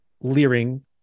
leering